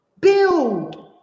Build